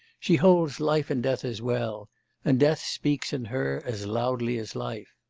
she holds life and death as well and death speaks in her as loudly as life